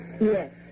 Yes